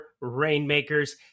Rainmakers